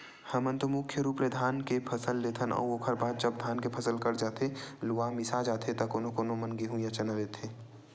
हमन तो मुख्य रुप ले धान के फसल लेथन अउ ओखर बाद जब धान के फसल कट जाथे लुवा मिसा जाथे त कोनो कोनो मन गेंहू या चना लेथे